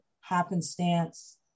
happenstance